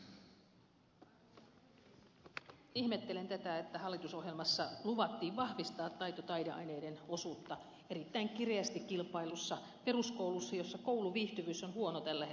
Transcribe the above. minäkin ihmettelen tätä että hallitusohjelmassa luvattiin vahvistaa taito ja taideaineiden osuutta erittäin kireästi kilpaillussa peruskoulussa jossa kouluviihtyvyys on huono tällä hetkellä se on tosiasia